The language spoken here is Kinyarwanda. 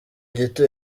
gito